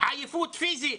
עייפות פיזית,